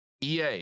EA